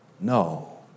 No